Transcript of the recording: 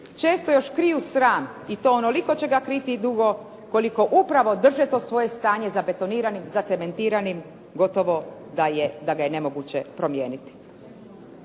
često još kriju sram i to onoliko će ga kriti dugo koliko upravo drže to svoje stanje zabetoniranim, zacementiranim, gotovo da ga je nemoguće promijeniti.